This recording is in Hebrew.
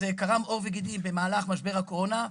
זה קרם עור וגידים במהלך משבר הקורונה,